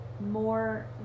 more